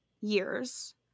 years